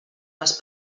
les